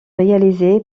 réalisée